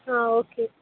ಹಾಂ ಓಕೆ